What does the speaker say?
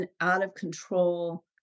out-of-control